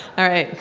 all right.